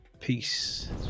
Peace